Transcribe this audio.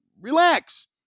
relax